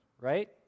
right